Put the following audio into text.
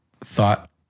thought